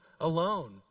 alone